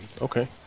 Okay